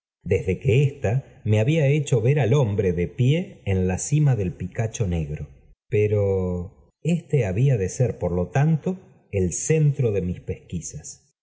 desde que ésta me había hecho ver al horm bre he pie en la cima de picacho negro este había de ser por lo tanto el centro de mis dcbquisas